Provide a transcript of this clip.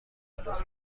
لطفا